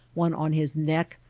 one on his neck,